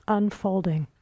unfolding